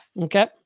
okay